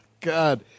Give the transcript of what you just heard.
God